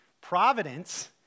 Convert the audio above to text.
Providence